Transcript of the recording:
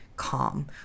calm